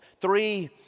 Three